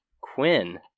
Quinn